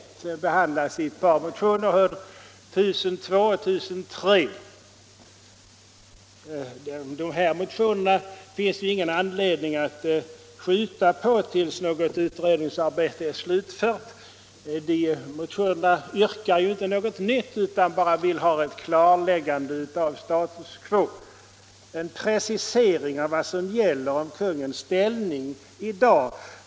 Denna fråga behandlas i ett par motioner, 1002 och 1003. Det finns ingen anledning att skjuta på dessa motioner tills något utredningsarbete är slutfört. Motionärerna yrkar ju inte något nytt utan vill bara ha ett klarläggande av status quo, en precisering av vad som gäller i fråga om kungens ställning i dag.